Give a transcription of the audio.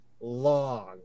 long